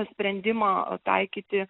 sprendimą taikyti